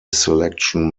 selection